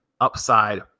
upside